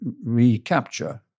recapture